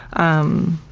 um,